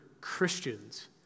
Christians